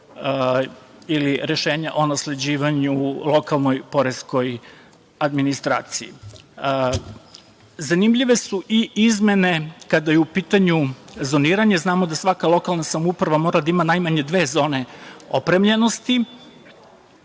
ili rešenja o nasleđivanju lokalnoj poreskoj administraciji. Zanimljive su i izmene kada je u pitanju zoniranje. Znamo da svaka lokalna samouprava mora da ima najmanje dve zone opremljenosti